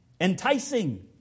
enticing